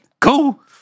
Cool